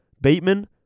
Bateman